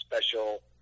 special